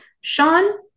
Sean